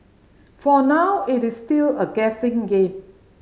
for now it is still a guessing game